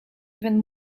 even